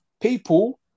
people